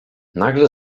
nagle